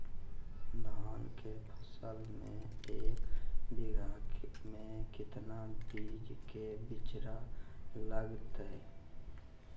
धान के फसल में एक बीघा में कितना बीज के बिचड़ा लगतय?